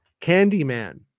Candyman